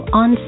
on